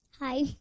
Hi